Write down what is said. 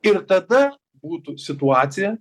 ir tada būtų situacija